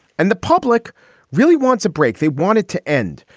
and the public really wants a break. they wanted to end.